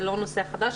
זה לא נושא חדש,